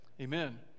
Amen